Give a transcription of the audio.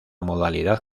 modalidad